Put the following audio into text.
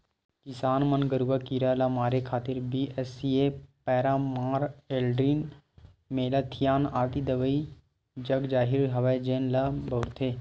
किसान मन गरूआ कीरा ल मारे खातिर बी.एच.सी.ए पैरामार, एल्ड्रीन, मेलाथियान आदि दवई जगजाहिर हवय जेन ल बउरथे